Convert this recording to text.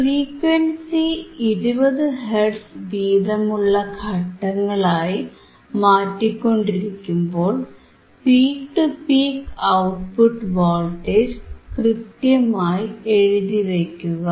frequency 20 hertz വീതമുള്ള ഘട്ടങ്ങളായി മാറ്റിക്കൊണ്ടിരിക്കുമ്പോൾ peak to peak output voltage കൃത്യമായി എഴുതിവയ്ക്കുക